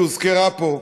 שהוזכרה פה.